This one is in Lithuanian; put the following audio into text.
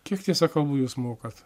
kiek tiesa kalbų jūs mokat